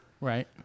Right